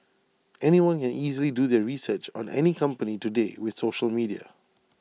anyone can easily do their research on any company today with social media